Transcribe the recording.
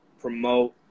promote